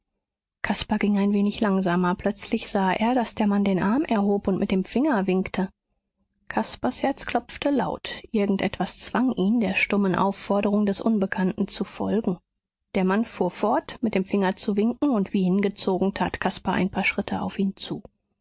caspar ging ein wenig langsamer plötzlich sah er daß der mann den arm erhob und mit dem finger winkte caspars herz klopfte laut irgend etwas zwang ihn der stummen aufforderung des unbekannten zu folgen der mann fuhr fort mit dem finger zu winken und wie hingezogen tat caspar ein paar schritte auf ihn zu